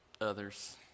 others